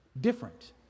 different